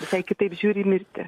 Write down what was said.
visai kitaip žiūri į mirtį